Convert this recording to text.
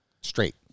straight